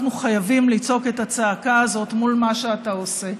אנחנו חייבים לצעוק את הצעקה הזו מול מה שאתה עושה.